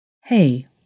Hey